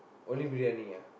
only briyani ah